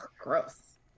gross